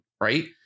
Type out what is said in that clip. right